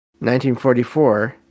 1944